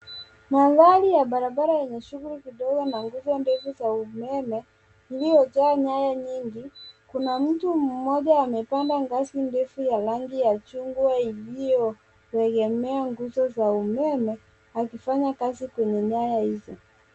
Mandhari ya barabara yenye shughuli kidogo na nguzo ndefu za umeme zilizojaa nyaya nyingi. Kuna mtu mmoja amepanda ngazi ndefu ya rangi ya chungwa iliyoegemea nguzo za umeme akifanya ngazi kwenye nyaya hizo.